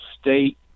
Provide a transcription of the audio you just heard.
state